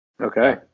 Okay